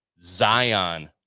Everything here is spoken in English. Zion